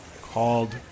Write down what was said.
Called